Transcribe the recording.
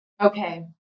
Okay